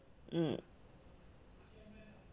mm